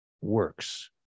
works